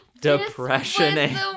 depression